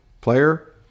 player